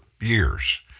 years